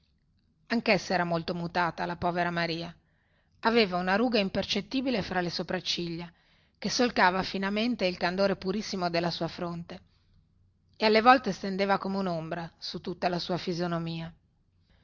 anchessa era molto mutata la povera maria aveva una ruga impercettibile fra le sopracciglia che solcava finamente il candore purissimo della sua fronte e alle volte stendeva come unombra su tutta la sua fisonomia